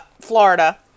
florida